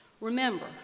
Remember